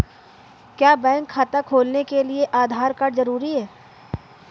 क्या बैंक खाता खोलने के लिए आधार कार्ड जरूरी है?